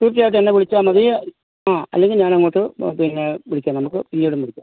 തീർച്ചയായിട്ടും എന്നെ വിളിച്ചാൽ മതി ആ അല്ലെങ്കിൽ ഞാൻ അങ്ങോട്ട് ആ പിന്നെ വിളിക്കാം നമ്മൾക്ക് ഇവിടെ നിന്ന് വിളിക്കാം